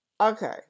Okay